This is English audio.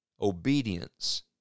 Obedience